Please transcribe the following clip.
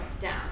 down